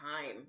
time